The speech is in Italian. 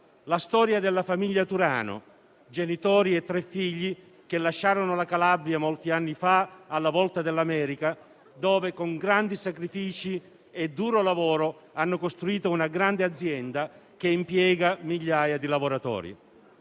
la storia della famiglia Turano, genitori e tre figli che lasciarono la Calabria molti anni fa alla volta dell'America, dove con grandi sacrifici e duro lavoro hanno costruito una grande azienda, che impiega migliaia di lavoratori.